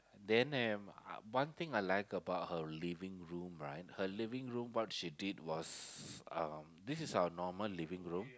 then am one thing I like about her living room right her living room what she did was um this is our normal living room